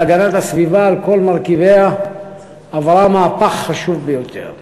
הגנת הסביבה על כל מרכיביה עברה מהפך חשוב ביותר.